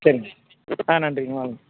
சரிங்க ஆ நன்றிங்க வாங்க